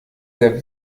sehr